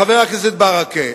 חבר הכנסת ברכה.